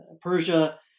persia